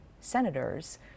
senators